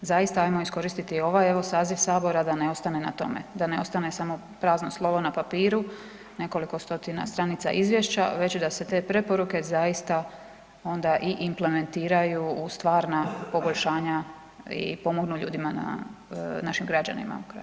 Zaista ajmo iskoristiti ovaj saziv Sabora da ne ostane na tome, da ne ostane samo prazno slovo na papiru, nekoliko stotina stranica izvješća već da se te preporuke zaista onda i implementiraju u stvarna poboljšavanja i pomognu ljudima našim građanima na kraju krajeva.